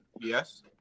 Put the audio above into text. yes